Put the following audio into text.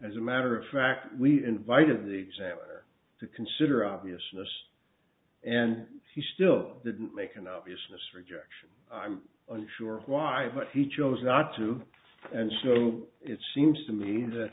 as a matter of fact we invited the examiner to consider obviousness and he still didn't make an obvious rejection i'm unsure why but he chose not to and so it seems to me that